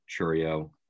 churio